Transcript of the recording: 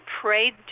prayed